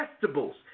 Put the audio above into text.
vegetables